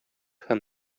һәм